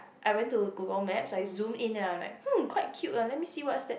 I went to google map I zoom in then I am like quite cute let me see what is that